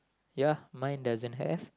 ya mine doesn't have